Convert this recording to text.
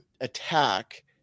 attack